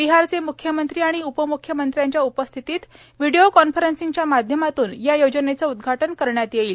बिहारचे म्ख्यमंत्री आणि उपम्ख्यमंत्र्यांच्या उपस्थितीत विडिओ कॉन्फरंसिंगच्या माध्यमातून या योजनेचे उद्घाटन करण्यात येईल